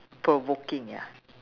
provoking ya